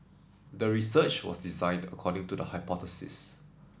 the research was designed according to the hypothesis